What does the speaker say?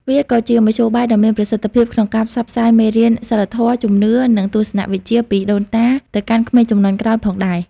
វាក៏ជាមធ្យោបាយដ៏មានប្រសិទ្ធភាពក្នុងការផ្សព្វផ្សាយមេរៀនសីលធម៌ ជំនឿ និងទស្សនវិជ្ជាពីដូនតាទៅកាន់ក្មេងជំនាន់ក្រោយផងដែរ ។